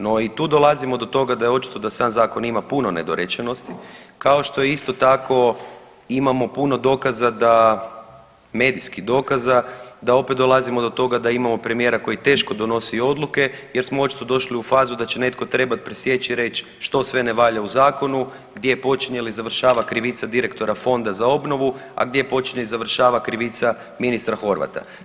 No i tu dolazimo do toga da je očito da sam zakon ima puno nedorečenosti kao što isto tako imamo puno dokaza da, medijskih dokaza da opet dolazimo do toga da imamo premijera koji teško donosi odluke jer smo očito došli u fazu da će netko trebat presjeći i reći što sve ne valja u zakonu, gdje počinje ili završava krivica direktora Fonda za obnovu, a gdje počinje i završava krivica ministra Horvata.